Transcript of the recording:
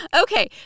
Okay